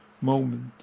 moment